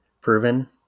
Proven